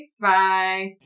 Bye